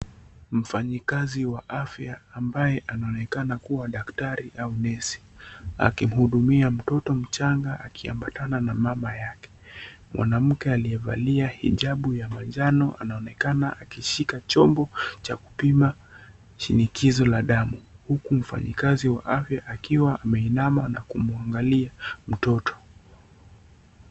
Mfanyikazi wa afya ambaye anaonekana kuwa daktari au nesi, akimhudumia mtoto mchanga akiambatana na mama yake. Mwanamke aliyevalia hijabu ya manjano anaonekana akishika chombo cha kupima shinikizo la damu. Huku mfanyikazi wa afya akiwa ameinama na kumuangalia mtoto.